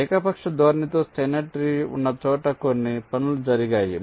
ఏకపక్ష ధోరణితో Steiner tree ఉన్న చోట కొన్ని పనులు జరిగాయి